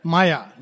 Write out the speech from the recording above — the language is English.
Maya